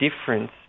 difference